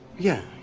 yeah.